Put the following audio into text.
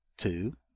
two